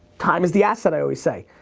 time is the asset, i always say.